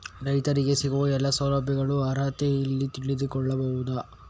ರೈತರಿಗೆ ಸಿಗುವ ಎಲ್ಲಾ ಸೌಲಭ್ಯಗಳ ಅರ್ಹತೆ ಎಲ್ಲಿ ತಿಳಿದುಕೊಳ್ಳಬಹುದು?